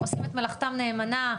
עושים את מלאכתם נאמנה,